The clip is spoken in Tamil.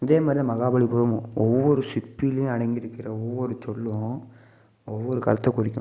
இதேமாதிரி தான் மகாபலிபுரமும் ஒவ்வொரு சிற்பிலையும் அடங்கியிருக்குற ஒவ்வொரு சொல்லும் ஒவ்வொரு கருத்தை குறிக்கும்